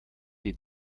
die